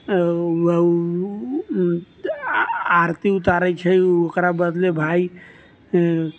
आरती उतारै छै ओकरा बदला भाय